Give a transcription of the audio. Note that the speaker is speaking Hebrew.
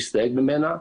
מסתייג ממנה,